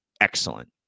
excellent